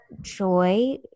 joy